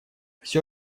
всё